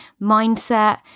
mindset